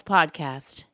Podcast